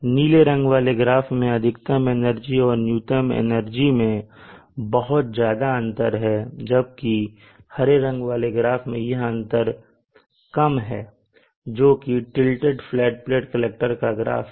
नीले रंग वाले ग्राफ में अधिकतम एनर्जी और न्यूनतम एनर्जी में बहुत ज्यादा अंतर है जबकि हरे रंग वाले ग्राफ में यह अंतर कम है जोकि टीलटेड फ्लैट प्लेट कलेक्टर का ग्राफ है